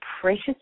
precious